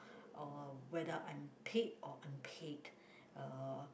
uh whether I'm paid or unpaid uh